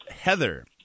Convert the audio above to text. heather